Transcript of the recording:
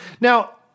Now